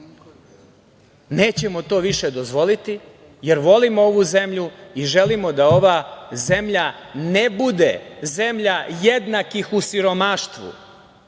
nećemo to više dozvoliti jer volimo ovu zemlju i želimo da ova zemlja ne bude zemlja jednakih u siromaštvu,